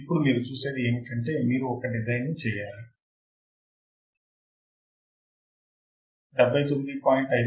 ఇప్పుడు మీరు చూసేది ఏమిటంటే మీరు ఒక డిజైన్ ను చేయాలి రూపకల్పన 79